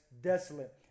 desolate